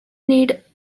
need